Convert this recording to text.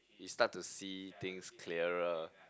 you start to see things clearer